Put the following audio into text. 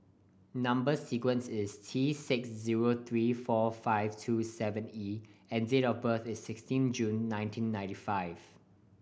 number sequence is T six zero three four five two seven E and date of birth is sixteen June nineteen ninety five